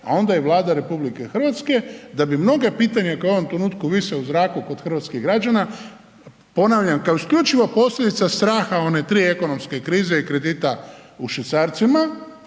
a onda i Vlada RH da bi mnoga pitanja koja u ovom trenutku vise u zraku kod hrvatskih građana, ponavljam kao isključivo posljedica straha one tri ekonomske krize i kredita u švicarcima,